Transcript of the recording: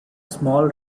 small